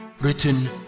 written